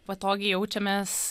patogiai jaučiamės